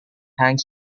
hangs